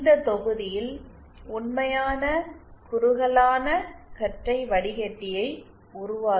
இந்த தொகுதியில் உண்மையான குறுகலான கற்றை வடிகட்டியை உருவாக்க ரெசனேட்டர்களைப் பயன்படுத்துவோம்